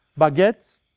baguettes